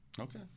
Okay